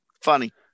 Funny